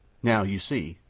now, you see,